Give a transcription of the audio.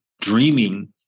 dreaming